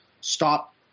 stop –